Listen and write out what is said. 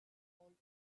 old